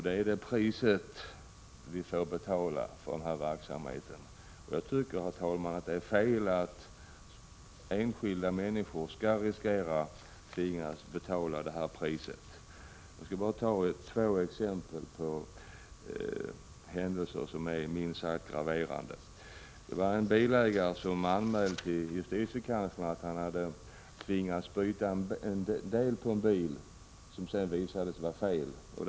Det är det pris vi får betala för denna verksamhet. Jag tycker, herr talman, att det är fel att enskilda människor skall riskera att behöva betala det priset. Jag skall bara ta två exempel på händelser som är minst sagt graverande. En bilägare anmälde till justitiekanslern att han tvingats byta en del på en bil, en del som sedan visade sig inte vara felaktig.